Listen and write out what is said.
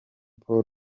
paul